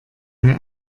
mir